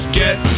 get